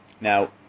now